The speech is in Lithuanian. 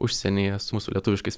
užsienyje su mūsų lietuviškais